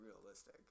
realistic